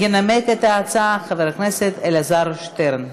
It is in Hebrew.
ינמק את ההצעה חבר הכנסת אלעזר שטרן.